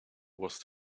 was